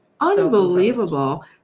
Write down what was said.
Unbelievable